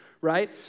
right